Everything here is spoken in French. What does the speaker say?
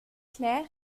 clair